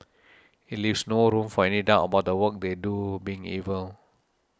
it leaves no room for any doubt about the work they do being evil